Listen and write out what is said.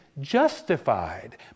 justified